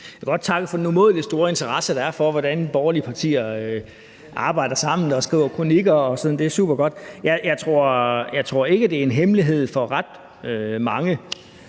Jeg vil godt takke for den umådelig store interesse, der er for, hvordan borgerlige partier arbejder sammen og skriver kronikker. Det er super godt. Jeg tror ikke, at det er en hemmelighed for ret mange,